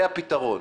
זה הפתרון.